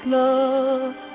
love